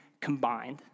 combined